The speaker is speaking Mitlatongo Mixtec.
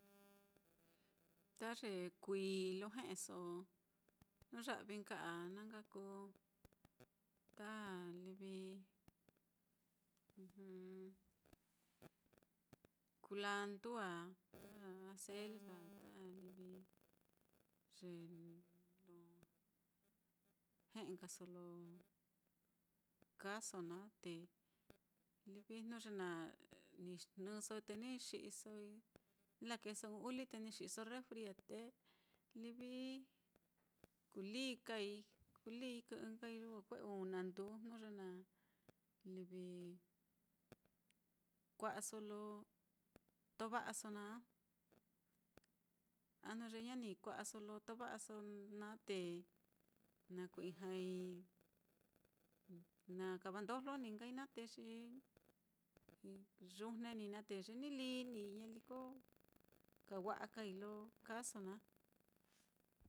Ta ye kuií lo o nuu ya'vi nka á, na nka kuu ta livi kulandu á, ta acelga, ta livi ye lo nkaso lo kaaso naá te livi jnu ye naá, ni jnɨso te ni xi'isoi, ni lakeeso ɨ́ɨ́n uli te ni xi'iso refri á, te livi kulii kai, kulii kɨ'ɨ nkai kue una nduu jnu ye na livi kua'aso lo tova'aso naá, a jnu ye ña ni kua'aso lo tova'aso naá, te na ku-ijñai na kavandojlo ní nkai naá, te xi yujne ní naá te ye ni līī ní ñaliko kaa wa'a kai lo kaaso naá.